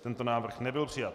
Tento návrh nebyl přijat.